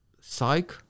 Psych